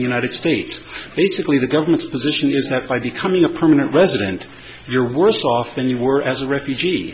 the united states basically the government's position is that by becoming a permanent resident you're worse off than you were as a refugee